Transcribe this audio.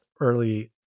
early